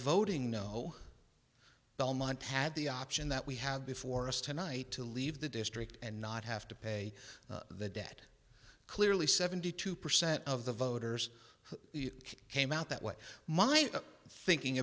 voting no belmont had the option that we have before us tonight to leave the district and not have to pay the debt clearly seventy two percent of the voters who came out that way my thinking